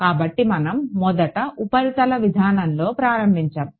కాబట్టి మనం మొదట ఉపరితల విధానంతో ప్రారంభించాము